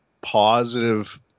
positive